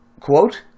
Quote